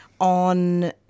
on